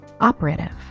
Operative